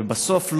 ובסוף,